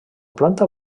planta